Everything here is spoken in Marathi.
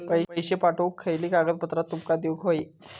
पैशे पाठवुक खयली कागदपत्रा तुमका देऊक व्हयी?